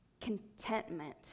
contentment